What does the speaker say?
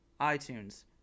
iTunes